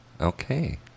Okay